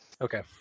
Okay